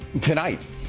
tonight